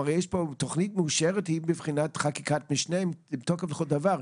יש פה תוכנית מאושרת מבחינת חקיקת משנה עם תוקף לכל דבר.